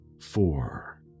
four